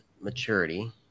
maturity